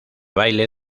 baile